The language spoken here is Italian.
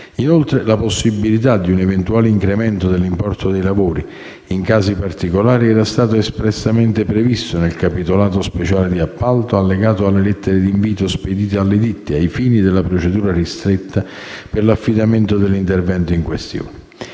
Inoltre, la possibilità di un eventuale incremento dell'importo dei lavori, in casi particolari, era stato espressamente previsto nel capitolato speciale di appalto, allegato alle lettere di invito spedite alle ditte ai fini della procedura ristretta per l'affidamento dell'intervento in questione.